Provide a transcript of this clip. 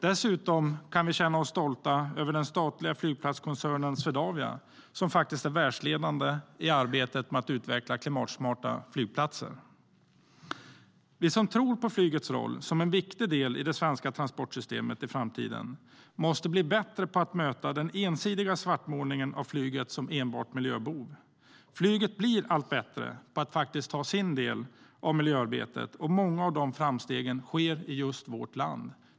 Dessutom kan vi känna oss stolta över den statliga flygplatskoncernen Swedavia, som är världsledande i arbetet med att utveckla klimatsmarta flygplatser. Vi som tror på flygets roll som en viktig del i det svenska transportsystemet i framtiden måste bli bättre på att möta den ensidiga svartmålningen av flyget som enbart miljöbov. Flyget blir allt bättre på att ta sin del av miljöarbetet, och många av framstegen sker i just vårt land.